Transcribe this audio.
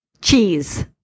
Cheese